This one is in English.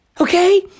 Okay